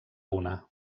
una